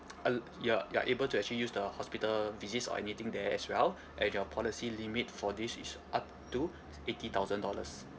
uh you're you are able to actually use the hospital visits or anything there as well and your policy limit for this is up to eighty thousand dollars